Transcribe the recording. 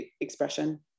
expression